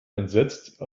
entsetzt